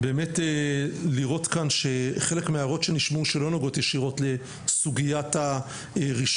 באמת לראות כאן שחלק מההערות שנשמעו שלא נוגעות ישירות לסוגיית הרישום,